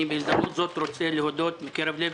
אני בהזדמנות זאת רוצה להודות מקרב לב